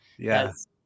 Yes